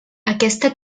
aquesta